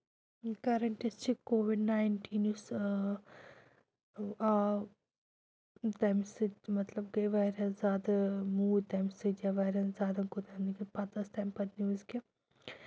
current یۄس چھِ covid nineteen یُس آو تَمہِ سۭتۍ مطلب گٔے واریاہ زیادٕ موٗدۍ تَمہِ سۭتۍ یا واریاہ زیادٕ پَتہٕ ٲس تَمہِ پَتہٕ نِوٕز کہِ